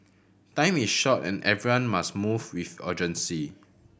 time is short and everyone must move with urgency